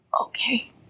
Okay